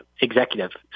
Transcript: executive